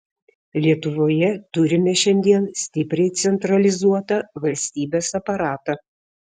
lietuvoje turime šiandien stipriai centralizuotą valstybės aparatą